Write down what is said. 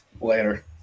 Later